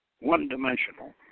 one-dimensional